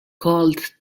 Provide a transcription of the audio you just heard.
called